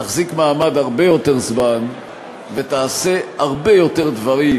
תחזיק מעמד הרבה יותר זמן ותעשה הרבה יותר דברים